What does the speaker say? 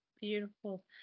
beautiful